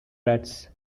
rats